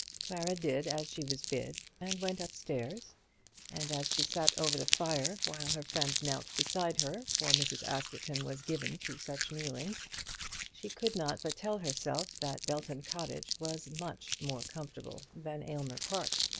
clara did as she was bid and went up-stairs and as she sat over the fire while her friend knelt beside her for mrs. askerton was given to such kneelings she could not but tell herself that belton cottage was much more comfortable than aylmer park.